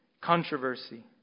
controversy